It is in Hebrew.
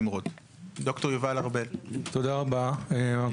אדוני היושב-ראש וחברת הכנסת מיכל רוזין.